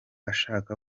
ashaka